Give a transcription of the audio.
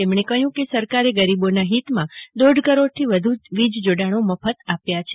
તેમણે કહ્યું કે સરકારે ગરીબોનાં હિતમાં દોઢ કરોડથી વધુ વીજજોડાણો મફત આપ્યા છે